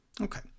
okay